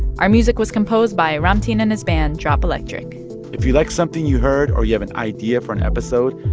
our music was composed by ramtin and his band drop electric if you like something you heard or you have an idea for an episode,